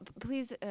Please